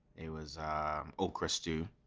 it was okra stew